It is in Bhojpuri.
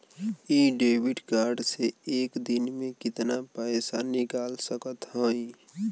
इ डेबिट कार्ड से एक दिन मे कितना पैसा निकाल सकत हई?